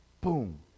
boom